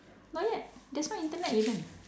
not yet there's no Internet even